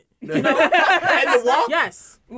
Yes